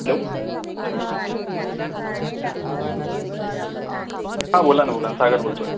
hello हा बोला ना बोला ना सागर बोलतो आहे